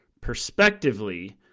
perspectively